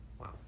Wow